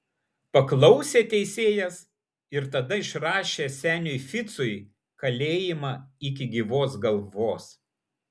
paklausė teisėjas ir tada išrašė seniui ficui kalėjimą iki gyvos galvos